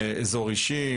אזור אישי,